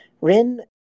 Rin